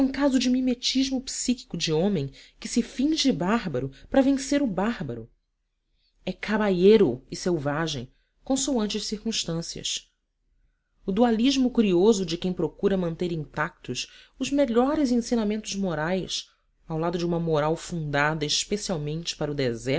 caso de mimetismo psíquico de homem que se finge bárbaro para vencer o bárbaro é caballero e selvagem consoante as circunstâncias o dualismo curioso de quem procura manter intactos os melhores ensinamentos morais ao lado de uma moral fundada especialmente para o